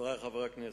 חברי חברי הכנסת,